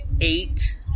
eight